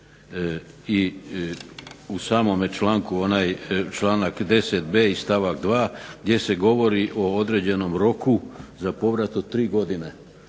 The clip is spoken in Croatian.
i u samome članku onaj članak 10.b i stavak 2. gdje se govori o određenom roku za povrat od 3 godine.